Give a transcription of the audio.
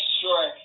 sure